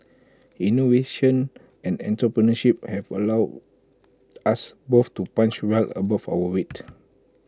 innovation and entrepreneurship have allowed us both to punch well above our weight